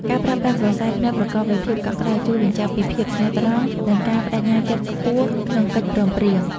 ការប្រើប្រាស់ "ក្រសែភ្នែក" ប្រកបដោយភាពកក់ក្ដៅ ជួយបញ្ជាក់ពីភាពស្មោះត្រង់ និងការប្ដេជ្ញាចិត្តខ្ពស់ក្នុងកិច្ចព្រមព្រៀង។